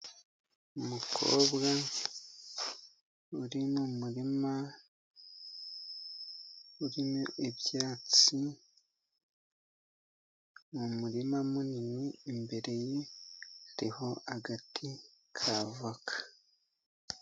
Umukobwa uri mu muririma, urimo ibyatsi ni umurima munini, imbere ye hariho agati ka voka.